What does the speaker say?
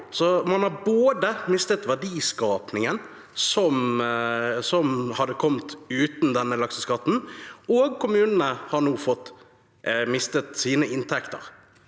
man har både mistet den verdiskapingen som hadde kommet uten denne lakseskatten, og kommunene har nå mistet sine inntekter.